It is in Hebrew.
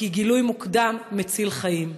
כי גילוי מוקדם מציל חיים.